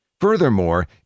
Furthermore